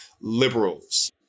liberals